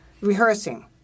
rehearsing